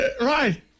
Right